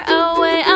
away